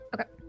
Okay